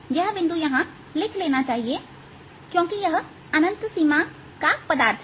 यह बिंदु यहां लिख लेना चाहिए कि क्योंकि यह अनंत सीमा का पदार्थ है